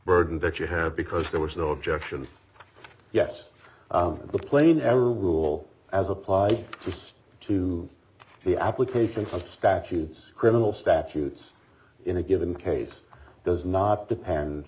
burden that you have because there was no objection yes the plain ever rule as applied to the application from statutes criminal statutes in a given case does not depend